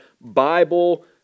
Bible